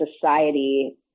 society